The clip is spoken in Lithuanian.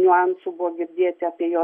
niuansų buvo girdėti apie jo